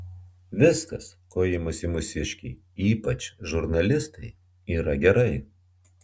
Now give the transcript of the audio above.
viskas ko imasi mūsiškiai ypač žurnalistai yra gerai